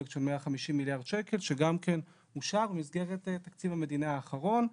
פרויקט של 150 מיליארד שקל שגם כן אושר במסגרת תקציב המדינה האחרון,